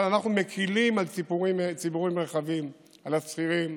אבל אנחנו מקילים על ציבורים רחבים, על השכירים,